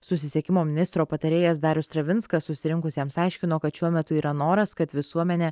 susisiekimo ministro patarėjas darius stravinskas susirinkusiems aiškino kad šiuo metu yra noras kad visuomenė